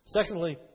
Secondly